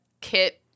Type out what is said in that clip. kit